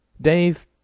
Dave